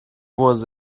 was